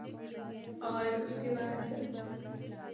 और उसके बाद